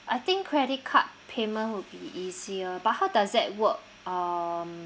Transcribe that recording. I think credit card payment would be easier but how does that work um